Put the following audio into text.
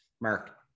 Mark